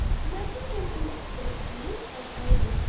nothing can indispose me, said allan.